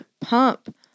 pump